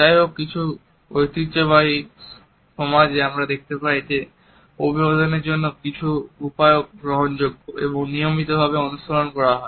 যাইহোক কিছু ঐতিহ্যবাহী সমাজে আমরা দেখতে পাই যে অভিবাদনের অন্য কিছু উপায়ও গ্রহণযোগ্য এবং নিয়মিতভাবে অনুশীলন করা হয়